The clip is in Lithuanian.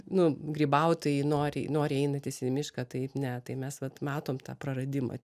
nu grybautojai nori noriai einantys į mišką tai ne tai mes vat matom tą praradimą